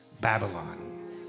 babylon